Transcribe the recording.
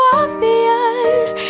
obvious